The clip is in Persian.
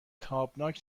تابناک